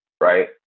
right